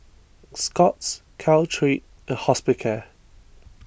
Scott's Caltrate and Hospicare